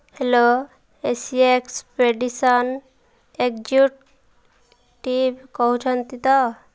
hello Asia expedition executive କହୁଛନ୍ତି ତ